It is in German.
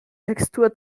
textur